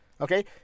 okay